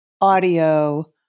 audio